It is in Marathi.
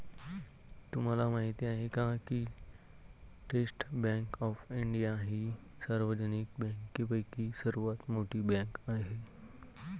तुम्हाला माहिती आहे का की स्टेट बँक ऑफ इंडिया ही सार्वजनिक बँकांपैकी सर्वात मोठी बँक आहे